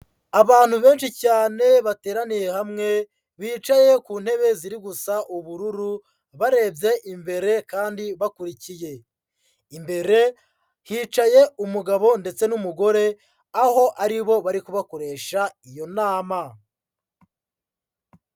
Abantu benshi cyane bateraniye hamwe, bicaye ku ntebe ziri gusa ubururu barebye imbere kandi bakurikiye. Imbere hicaye umugabo ndetse n'umugore, aho ari bo bari kubakoresha iyo nama.